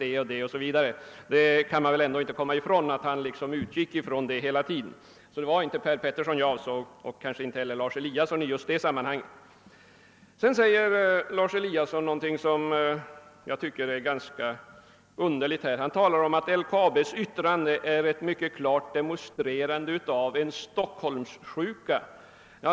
Det var alltså inte Per Petersson jag avsåg i det sammanhanget och inte heller Lars Eliasson. Lars Eliasson sade någonting som jag tycker var underligt. Han sade att LKAB i sitt yttrande klart demonstrerar en Stockholmssjuka.